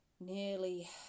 nearly